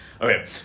okay